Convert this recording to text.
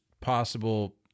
possible